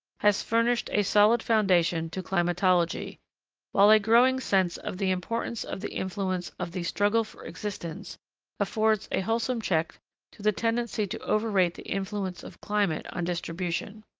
has furnished a solid foundation to climatology while a growing sense of the importance of the influence of the struggle for existence affords a wholesome check to the tendency to overrate the influence of climate on distribution.